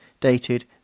dated